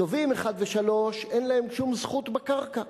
"תובעים 1 ו-3 אין להם שום זכות בקרקע.